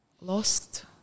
lost